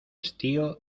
estío